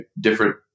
different